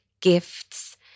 gifts